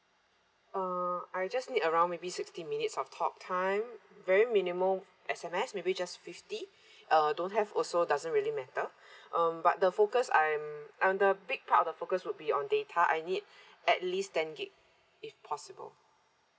uh I just need around maybe sixty minutes of talk time very minimal S_M_S maybe just fifty uh don't have also doesn't really matter um but the focus I'm uh the big part of he focus would be on data I need at least ten gig if possible